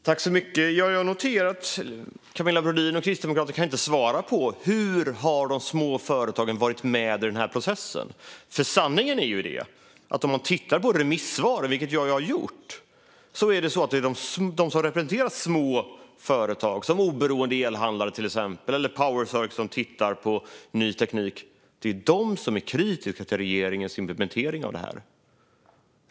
Fru talman! Jag noterar att Camilla Brodin och Kristdemokraterna inte kan svara på hur de små företagen har varit med i den här processen. Sanningen är, om man tittar på remissvaren, vilket jag har gjort, att de som har representerat små företag, till exempel oberoende elhandlare eller Power Circle som tittar på ny teknik, är de som är kritiska till regeringens implementering av direktivet.